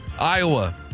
Iowa